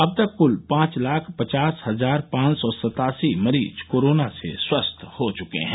अब तक क्ल पांच लाख पचास हजार पांच सौ सत्तासी मरीज कोरोना से स्वस्थ हो गये हैं